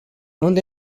unde